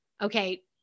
Okay